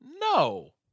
No